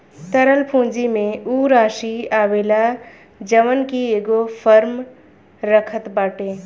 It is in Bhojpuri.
तरल पूंजी में उ राशी आवेला जवन की एगो फर्म रखत बाटे